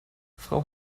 frau